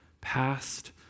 past